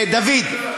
דוד,